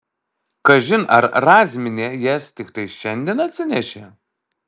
kažin ar razmienė jas tiktai šiandien atsinešė